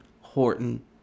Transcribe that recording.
Horton